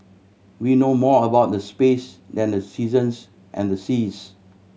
we know more about the space than the seasons and the seas